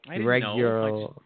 Regular